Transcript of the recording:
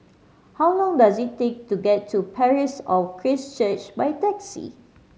how long does it take to get to Parish of Christ Church by taxi